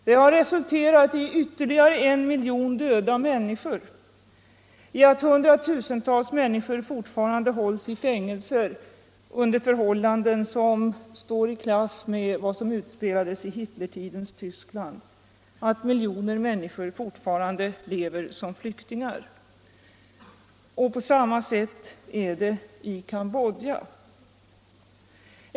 Det har resulterat i ytterligare en miljon döda människor, att hundratusentals människor fortfarande hålls i fängelser under förhållanden som står i klass med vad som utspelades i Hitlertidens Tyskland, att miljoner människor fortfarande lever som flyktingar. På samma sätt är det i Cambodja.